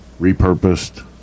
repurposed